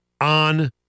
on